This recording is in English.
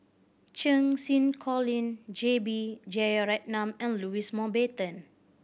Cheng Xinru Colin J B Jeyaretnam and Louis Mountbatten